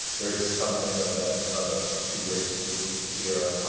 there is something of ah of a two-way street here,